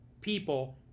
people